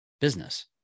business